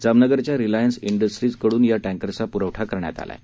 जामनगरच्या Reliance industries कडून या टँकर्सचा पुरवठा करण्यात आला आहे